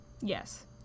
Yes